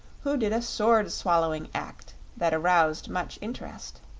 who did a sword-swallowing act that aroused much interest.